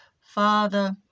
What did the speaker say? Father